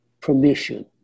permission